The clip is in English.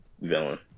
villain